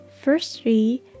Firstly